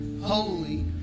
holy